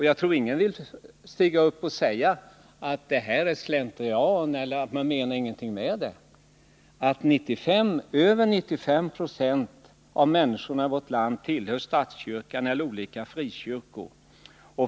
Jag tror ingen vill stiga upp och säga att det är slentrian eller att man inte menar någonting med det, när över 95 90 av människorna i vårt land tillhör statskyrkan eller olika frikyrkor.